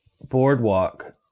boardwalk